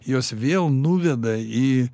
jos vėl nuveda į